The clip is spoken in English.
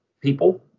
people